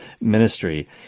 ministry